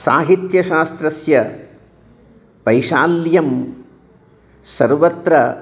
साहित्यशास्त्रस्य वैशाल्यं सर्वत्र